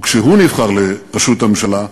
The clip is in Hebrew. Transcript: וכשהוא נבחר לראשות הממשלה,